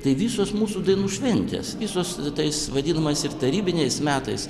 tai visos mūsų dainų šventės visos tais vadinamais ir tarybiniais metais